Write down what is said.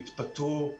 התפטרו,